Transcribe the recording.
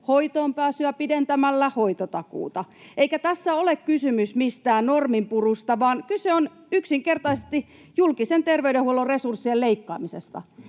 hoitoonpääsyä pidentämällä hoitotakuuta. Eikä tässä ole kysymys mistään norminpurusta, vaan kyse on yksinkertaisesti julkisen terveydenhuollon resurssien leikkaamisesta.